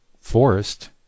forest